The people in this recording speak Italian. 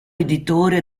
editore